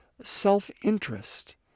self-interest